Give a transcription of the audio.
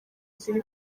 ziri